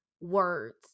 words